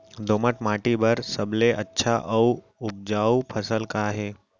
दोमट माटी बर सबले अच्छा अऊ उपजाऊ फसल का हे?